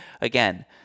again